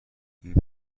این